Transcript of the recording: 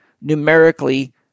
numerically